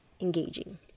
engaging